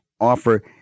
offer